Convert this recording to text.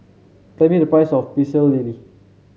tell me the price of Pecel Lele